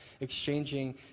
exchanging